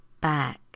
back